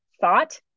thought